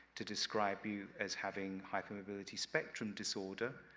to describe you as having hypermobility spectrum disorder,